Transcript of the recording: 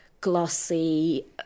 glossy